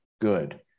good